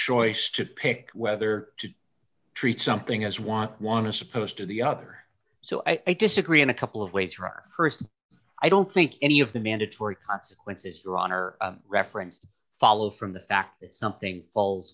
choice to pick whether to treat something as want one is supposed to the other so i disagree in a couple of way through our st i don't think any of the mandatory consequences your honor reference follow from the fact that something fall